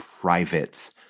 private